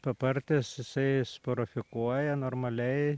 papartis jisai sporafikuoja normaliai